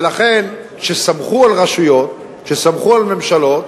ולכן, כשסמכו על רשויות, כשסמכו על ממשלות,